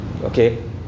Okay